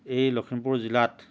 এই লখিমপুৰ জিলাত